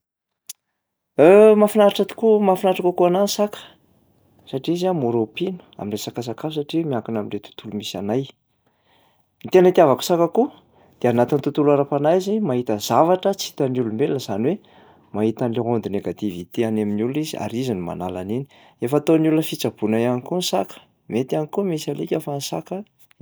Mahafinaritra tokoa- mahafinaritra kokoa anahy ny saka satria izy a mora ompiana am'resaka sakafo satria miankina am'le tontolo misy anay. Ny tena itiavako saka koa de anatin'ny tontolo ara-panahy izy mahita zavatra tsy hitan'ny olombelona zany hoe mahita an'lay onde négativité any amin'ny olona izy ary izy no manala an'iny. Efa ataon'ny olona fitsaboana ihany koa ny saka, mety ihany koa misy alika fa ny saka no tsara kokoa.